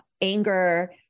anger